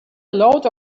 load